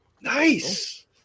Nice